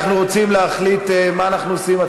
אנחנו רוצים להחליט מה אנחנו עושים.